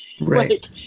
Right